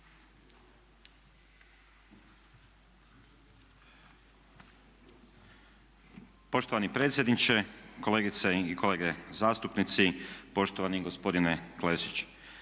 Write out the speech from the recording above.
Poštovani predsjedniče, kolegice i kolege zastupnici, poštovani gospodine Klešić.